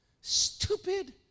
stupid